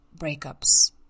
breakups